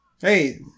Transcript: hey